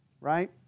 Right